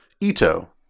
Ito